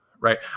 right